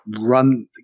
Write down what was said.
run